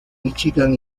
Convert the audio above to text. míchigan